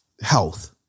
health